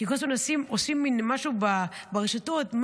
כי כל הזמן עושים משהו ברשתות.